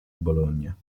bologna